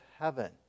heaven